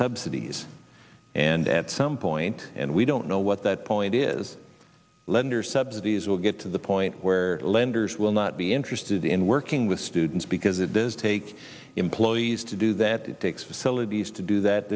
subsidies and at some point and we don't know what that point is lenders subsidies will get to the point where lenders will not be interested in working with students because it does take employees to do that it takes a celebes to do that